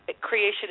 creation